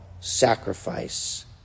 sacrifice